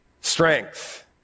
strength